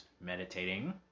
meditating